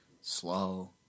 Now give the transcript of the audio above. slow